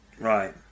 right